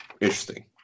Interesting